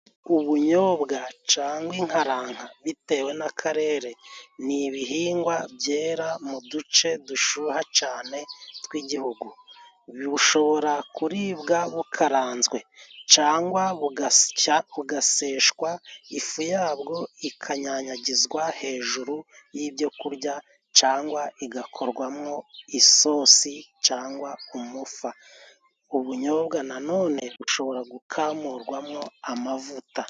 Ubunyobwa cangwa inkaranka bitewe n'akarere, ni ibihingwa byera mu duce dushuha cane tw'Igihugu, bushobora kuribwa bukaranzwe cangwa bugasya, bugaseshwa, ifu yabwo ikanyanyagizwa hejuru y'ibyo kurya cangwa igakorwamo isosi cangwa umufa. Ubunyobwa nanone bushobora gukamurwamo amavuta.